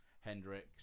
Hendrix